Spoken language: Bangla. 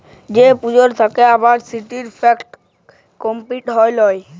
যে পুঁজি থাক্যে আর সেটির কল ফিক্সড ক্যাপিটা হ্যয় লায়